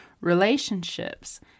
relationships